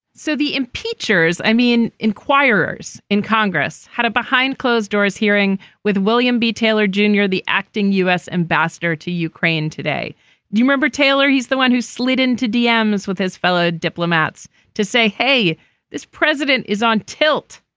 so the impeachment is i mean inquirers in congress had a behind closed doors hearing with william b taylor jr. the acting u s. ambassador to ukraine today. do you remember taylor he's the one who slid into dems with his fellow diplomats to say hey this president is on tilt.